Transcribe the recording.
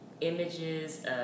images